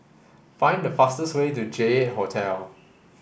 find the fastest way to J eight Hotel